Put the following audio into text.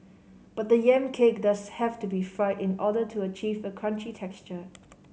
but the yam cake does have to be fried in order to achieve a crunchy texture